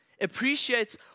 appreciates